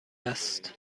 است